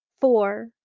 Four